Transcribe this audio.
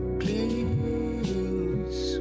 please